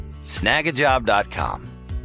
Snagajob.com